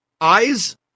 eyes